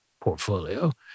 portfolio